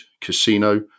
Casino